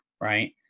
Right